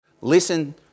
listen